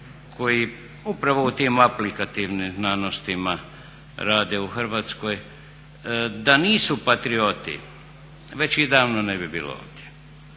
koji upravo u tim aplikativnim znanostima rade u Hrvatskoj. Da nisu patrioti već ih davno ne bi bilo ovdje,